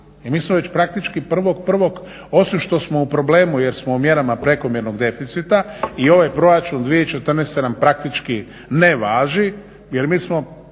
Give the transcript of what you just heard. I mi smo već praktički 1.01. osim što smo u problemu jer smo u mjerama prekomjernog deficita i ovaj Proračun 2014. nam praktički ne važi jer mi smo